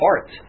art